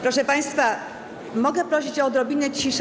Proszę państwa, mogę prosić o odrobinę ciszy?